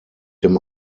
dem